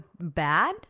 bad